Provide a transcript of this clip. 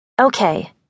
Okay